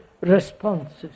responses